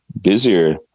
busier